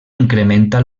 incrementa